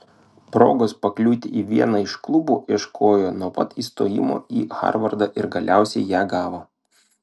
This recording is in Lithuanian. progos pakliūti į vieną iš klubų ieškojo nuo pat įstojimo į harvardą ir galiausiai ją gavo